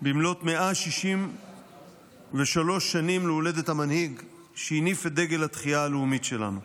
במלאת 163 שנים להולדת המנהיג שהניף את דגל התחייה הלאומית שלנו.